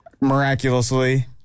Miraculously